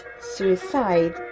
suicide